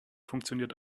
funktioniert